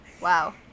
Wow